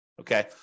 okay